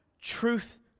truth